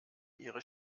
ihre